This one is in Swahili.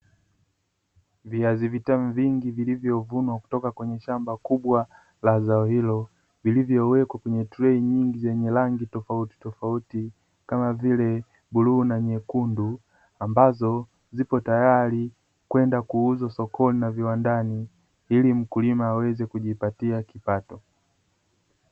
Viazi vitamu vingi vilivyovunwa kutoka kwenye shamba kubwa la zao hilo, zilizowekwa kwenye trei nyingi zenye rangi tofautitofauti, kama vile bluu na nyekundu; ambazo zipo tayari kwenda kuuzwa sokoni na viwandani, ili mkulima aweze kujipatia kipato.